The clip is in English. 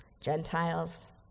Gentiles